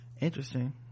Interesting